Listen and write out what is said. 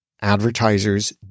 advertisers